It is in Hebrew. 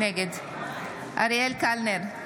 נגד אריאל קלנר,